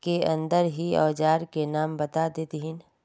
के अंदर ही औजार के नाम बता देतहिन?